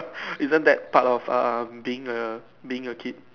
isn't that part of um being a being a kid